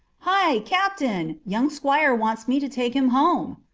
hi! captain! young squire wants me to take him home.